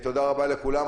תודה רבה לכולם,